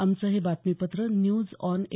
आमचं हे बातमीपत्र न्यूज ऑन ए